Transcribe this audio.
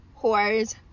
whores